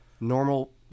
normal